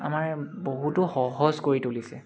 আমাৰ বহুতো সহজ কৰি তুলিছে